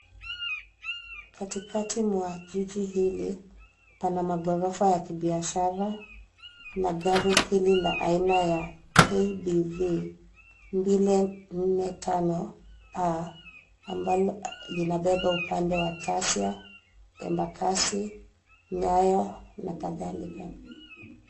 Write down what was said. Katikati mwa jiji hili pana magorofa ya kibiashara na gari hili la aina ya KBV 445A ambalo linabeba upande wa Tasia, Embakasi, Nyayo na kadhalika.